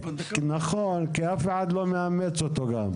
אף אחד לא מאמץ אותו.